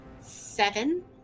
seven